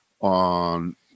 on